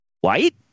white